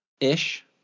ish